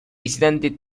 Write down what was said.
visitante